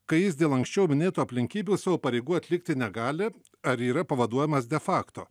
kai jis dėl anksčiau minėtų aplinkybių savo pareigų atlikti negali ar yra pavaduojamas de fakto